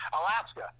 Alaska